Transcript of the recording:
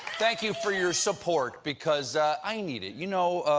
thank you for your support because i need it. you know,